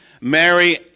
Mary